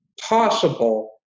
possible